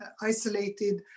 isolated